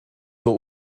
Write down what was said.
zur